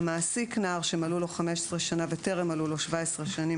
"המעסיק נער שמלאו לו 15 שנה וטרם מלאו לו 17 שנים